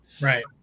Right